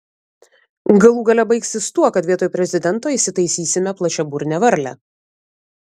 galų gale baigsis tuo kad vietoj prezidento įsitaisysime plačiaburnę varlę